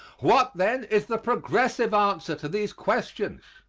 what, then, is the progressive answer to these questions?